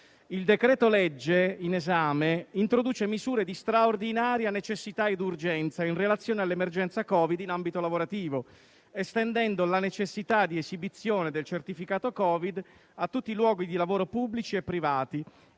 il decreto-legge in esame introduce misure di straordinaria necessità ed urgenza in relazione all'emergenza Covid in ambito lavorativo, estendendo la necessità di esibizione del certificato Covid a tutti i luoghi di lavoro pubblici e privati,